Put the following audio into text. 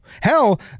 hell